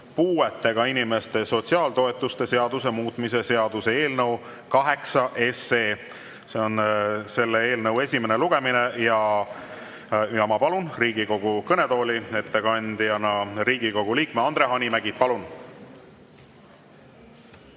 puuetega inimeste sotsiaaltoetuste seaduse muutmise seaduse eelnõu nr 8. See on selle eelnõu esimene lugemine. Ma palun Riigikogu kõnetooli ettekandjana Riigikogu liikme Andre Hanimäe. Palun!